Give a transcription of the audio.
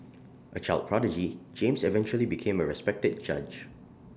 A child prodigy James eventually became A respected judge